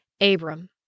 Abram